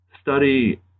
study